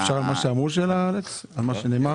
יש לי שאלה לגבי מה שנאמר.